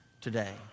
today